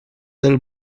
del